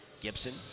Gibson